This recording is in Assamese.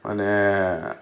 মানে